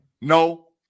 No